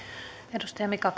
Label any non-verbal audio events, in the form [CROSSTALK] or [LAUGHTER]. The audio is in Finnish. arvoisa rouva [UNINTELLIGIBLE]